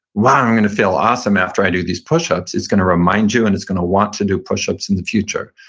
wow, i'm going to feel awesome after i do these push-ups, it's going to remind you and it's going to want to do push-ups in the future.